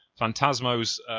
Phantasmo's